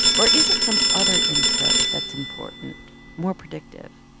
or is it some other input that's important, more predictive?